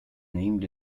named